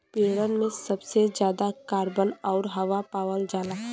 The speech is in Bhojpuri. पेड़न में सबसे जादा कार्बन आउर हवा पावल जाला